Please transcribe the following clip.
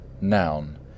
noun